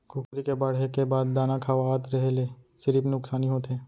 कुकरी के बाड़हे के बाद दाना खवावत रेहे ल सिरिफ नुकसानी होथे